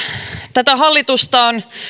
tätä hallitusta on